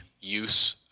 use